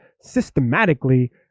systematically